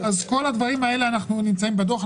כל הדברים האלה נמצאים בדוח,